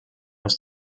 aus